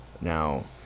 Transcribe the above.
now